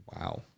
Wow